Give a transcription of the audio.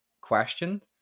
questioned